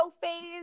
phase